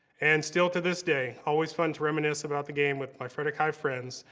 and still to this day, always fun to reminisce about the game with my frederick high friends,